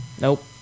Nope